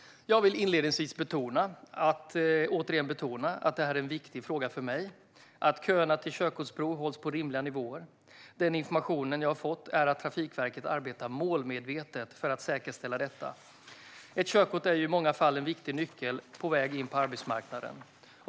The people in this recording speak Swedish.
Jag vill inledningsvis återigen betona att det är en viktig fråga för mig att köerna till körkortsprov hålls på rimliga nivåer. Den information jag har fått är att Trafikverket arbetar målmedvetet för att säkerställa detta. Ett körkort är i många fall en viktig nyckel på väg in på arbetsmarknaden.